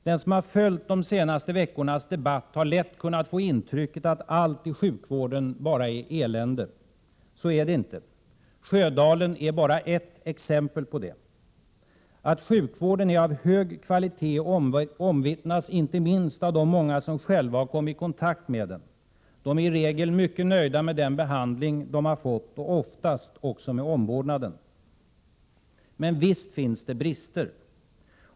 Den som har följt de senaste veckornas debatt har lätt kunnat få intrycket att allt i sjukvården bara är elände. Så är det inte. Sjödalen är bara ert exempel på det. Att sjukvården är av hög kvalitet omvittnas inte minst av de många som själva har kommit i kontakt med den. De är i regel mycket nöjda med den behandling de har fått och oftast också med omvårdnaden. Men visst finns det brister.